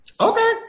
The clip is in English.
okay